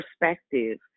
perspective